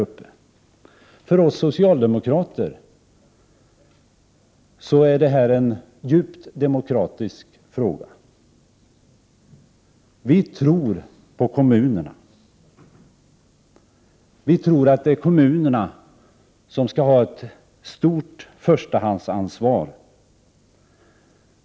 För oss socialdemokrater är detta en djupt demokratisk fråga. Vi tror på kommunerna. Vi tycker att det är kommunerna som skall ha ett stort förstahandsansvar.